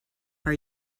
are